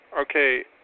Okay